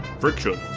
Friction